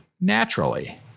naturally